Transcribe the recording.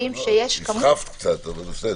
נסחפת קצת, אבל בסדר.